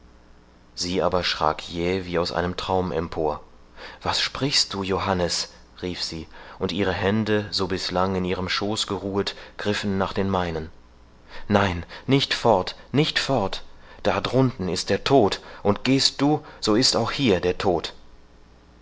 sie aber schrak jäh wie aus einem traum empor was sprichst du johannes rief sie und ihre hände so bislang in ihrem schoß geruhet griffen nach den meinen nein nicht fort nicht fort da drunten ist der tod und gehst du so ist auch hier der tod